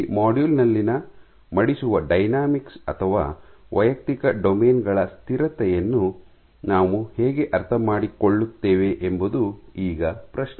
ಈ ಮಾಡ್ಯೂಲ್ ನಲ್ಲಿನ ಮಡಿಸುವ ಡೈನಾಮಿಕ್ಸ್ ಅಥವಾ ವೈಯಕ್ತಿಕ ಡೊಮೇನ್ ಗಳ ಸ್ಥಿರತೆಯನ್ನು ನಾವು ಹೇಗೆ ಅರ್ಥಮಾಡಿಕೊಳ್ಳುತ್ತೇವೆ ಎಂಬುದು ಈಗ ಪ್ರಶ್ನೆ